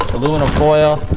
aluminum foil.